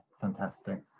fantastic